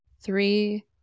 three